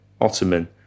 Ottoman